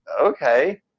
okay